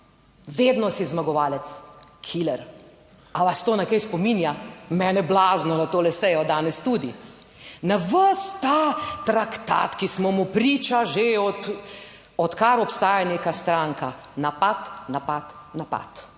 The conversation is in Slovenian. Vedno si zmagovalec. Killer. A vas to na kaj spominja? Mene blazno na to sejo danes tudi na ves ta traktat, ki smo mu priča že odkar obstaja neka stranka, napad, napad, napad.